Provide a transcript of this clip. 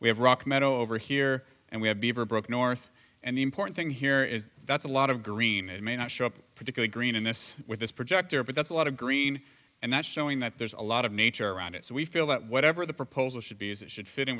we have rock meadow over here and we have beaverbrook north and the important thing here is that a lot of green may not show up particular green in this with this project there but that's a lot of green and that's showing that there's a lot of nature around it so we feel that whatever the proposal should be is it should fit in